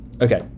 Okay